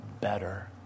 better